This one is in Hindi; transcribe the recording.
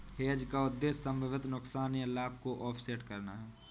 हेज का उद्देश्य संभावित नुकसान या लाभ को ऑफसेट करना है